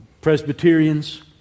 Presbyterians